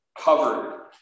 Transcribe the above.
covered